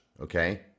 Okay